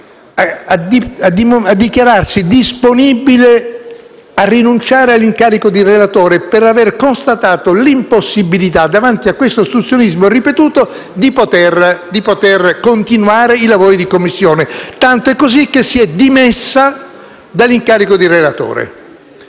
a dichiararsi disponibile a rinunciare all'incarico di relatore per aver constatato l'impossibilità, davanti a questo ostruzionismo ripetuto, di continuare i lavori di Commissione, tant'è vero che si è dimessa dall'incarico di relatore.